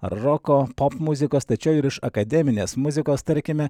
roko popmuzikos tačiau ir iš akademinės muzikos tarkime